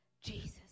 Jesus